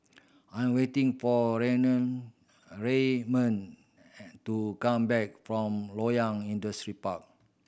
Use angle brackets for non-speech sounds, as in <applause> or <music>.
I am waiting for Raynard <unintelligible> and to come back from Loyang Industrial Park